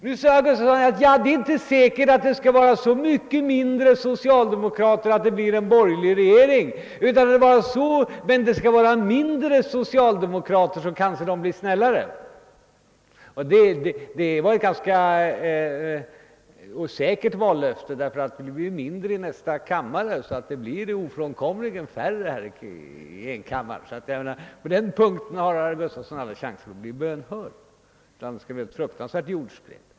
Herr Gustafson i Göteborg säger: Det är inte säkert att det skall vara så mycket mindre socialdemokrater att det blir en borgerlig regering, men det skall i alla fall vara färre socialdemokrater, så kanske de blir snällare. Och det är ett ganska säkert vallöfte, ty antalet ledamöter blir ju mindre i enkammaren, och då blir det onekligen färre socialdemokrater. På den punkten har alltså herr Gustafson alla chanser att bli bönhörd om det inte skulle bli ett fruktansvärt jordskred.